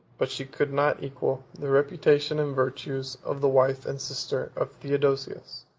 but she could not equal, the reputation and virtues of the wife and sister of theodosius,